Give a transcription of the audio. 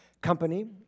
Company